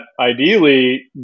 ideally